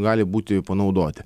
gali būti panaudoti